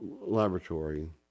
laboratory